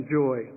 joy